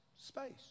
space